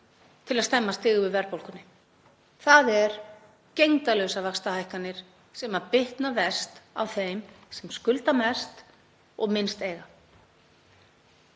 til að stemma stigu við verðbólgunni, það eru gegndarlausar vaxtahækkanir sem bitna verst á þeim sem skulda mest og eiga